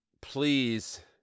Please